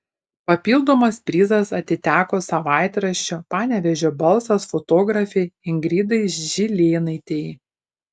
papildomas prizas atiteko savaitraščio panevėžio balsas fotografei ingridai žilėnaitei